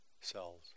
cells